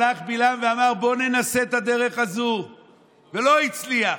הלך בלעם ואמר: בוא ננסה את הדרך הזאת, ולא הצליח.